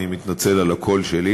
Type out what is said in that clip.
אני מתנצל על הקול שלי